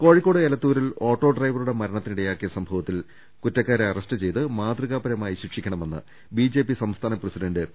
കോഴിക്കോട് എലത്തൂരിൽ ഓട്ടോ ഡ്രൈവറുടെ മരണത്തിനിട യാക്കിയ സംഭവത്തിൽ കുറ്റക്കാരെ അറസ്റ്റ് ചെയ്ത് മാതൃകാപരമായി ശിക്ഷിക്കണമെന്ന് ബിജെപി സംസ്ഥാന പ്രസിഡന്റ് പി